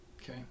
okay